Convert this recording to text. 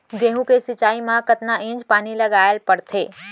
गेहूँ के सिंचाई मा कतना इंच पानी लगाए पड़थे?